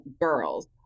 girls